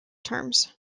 terms